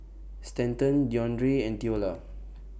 Stanton Deondre and Theola